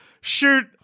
shoot